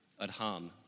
adham